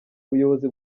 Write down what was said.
ubuyobozi